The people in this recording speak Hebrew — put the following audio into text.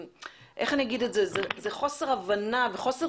שוב ושוב.